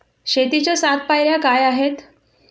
शेतीच्या सात पायऱ्या काय आहेत?